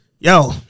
Yo